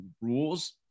rules